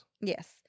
Yes